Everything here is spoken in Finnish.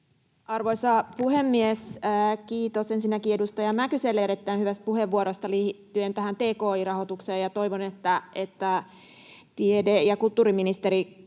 Arvoisa puhemies! Kiitos ensinnäkin edustaja Mäkyselle erittäin hyvästä puheenvuorosta liittyen tähän tki-rahoitukseen. Toivon, että tiede- ja kulttuuriministeri